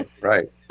Right